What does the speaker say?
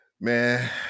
man